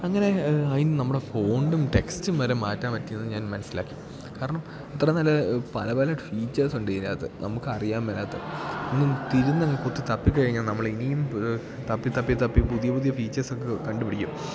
അങ്ങനെ അതിന് നമ്മുടെ ഫോണ്ടും ടെക്സ്റ്റും വരെ മാറ്റാൻ പറ്റിയെന്ന് ഞാൻ മനസ്സിലാക്കി കാരണം അത്ര നല്ല പല പല ഫീച്ചേഴ്സ് ഉണ്ട് ഇതിനകത്ത് നമുക്ക് അറിയാൻ മേലാത്ത ഒന്നും ഇരുന്നങ്ങിനെ കുത്തി തപ്പിക്കഴിഞ്ഞാൽ നമ്മൾ ഇനിയും തപ്പി തപ്പി തപ്പി പുതിയ പുതിയ ഫീച്ചേഴ്സ് ഒക്കെ കണ്ടു പിടിക്കും